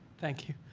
thank you.